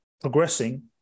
progressing